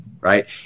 Right